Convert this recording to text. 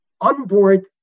onboard